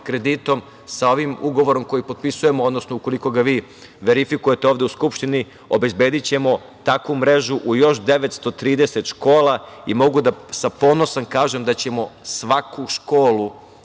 kreditom, sa ovim ugovorom koji potpisujemo, odnosno, ukoliko ga vi verifikujete ovde u Skupštini obezbedićemo takvu mrežu u još 930 škola. Mogu sa ponosom da kažem da ćemo svaku školu